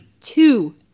two